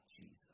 Jesus